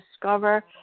discover